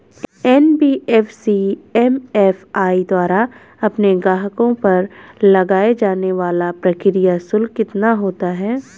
NBFC MFI द्वारा अपने ग्राहकों पर लगाए जाने वाला प्रक्रिया शुल्क कितना होता है?